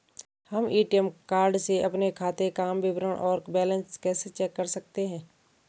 हम ATM card से अपने खाते काम विवरण और बैलेंस कैसे चेक कर सकते हैं?